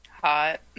Hot